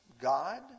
God